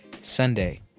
sunday